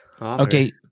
Okay